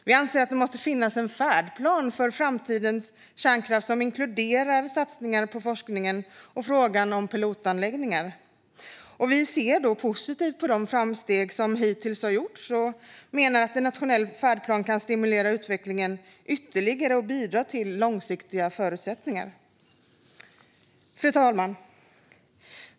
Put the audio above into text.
Vi anser att det måste finnas en färdplan för framtidens kärnkraft som inkluderar satsningar på forskning och pilotanläggningar. Vi ser positivt på de framsteg som hittills har gjorts och menar att en nationell färdplan ytterligare kan stimulera utvecklingen och bidra till långsiktiga förutsättningar. Fru talman!